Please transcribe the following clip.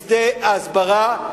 בשדה ההסברה,